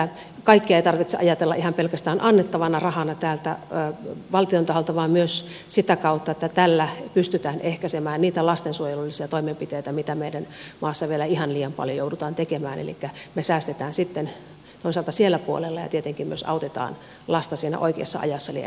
kaikkea ei tarvitse ajatella ihan pelkästään annettavana rahana täältä valtion taholta vaan myös sitä kautta että tällä pystytään ehkäisemään niitä lastensuojelullisia toimenpiteitä mitä meidän maassamme vielä ihan liian paljon joudutaan tekemään elikkä me säästämme sitten toisaalta siellä puolella ja tietenkin myös autetaan lasta siellä oikeassa ajassa eli ennakoivasti